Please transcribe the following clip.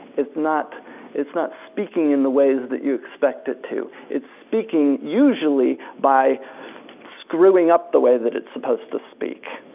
it's not it's not speaking in the ways that you expect it to. it's speaking usually by screwing up the way that it's suppose to speak.